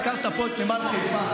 הזכרת פה את נמל חיפה.